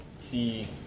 See